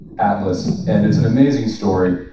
atlas. and it's an amazing story.